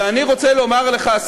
ואני רוצה לומר לך,